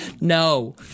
No